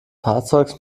fahrzeugs